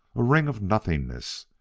a ring of nothingness,